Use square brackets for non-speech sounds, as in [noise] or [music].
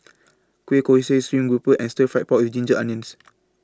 Kueh Kosui Stream Grouper and Stir Fry Pork with Ginger Onions [noise]